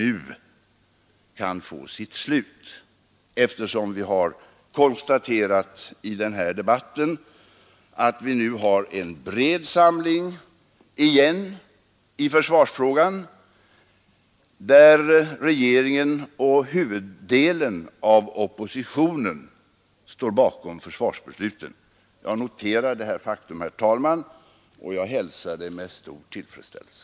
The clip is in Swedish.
I denna debatt har det ju konstaterats att vi ånyo har en bred samling i försvarsfrågan, där regeringen och huvuddelen av oppositionen står bakom försvarsbesluten. Jag noterar detta faktum, herr talman, och hälsar det med stor tillfredsställelse.